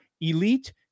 elite